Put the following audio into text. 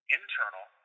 internal